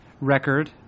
record